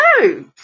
no